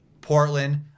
Portland